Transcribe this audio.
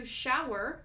shower